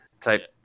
type